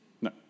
No